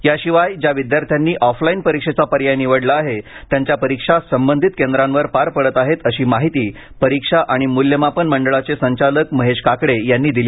याशिवाय ज्या विद्यार्थ्यांनी ऑफलाईन परीक्षेचा पर्याय निवडला आहे त्यांच्या परीक्षा संबंधित केंद्रांवर पार पडत आहेत अशी माहिती परीक्षा आणि मूल्यमापन मंडळाचे संचालक महेश काकडे यांनी दिली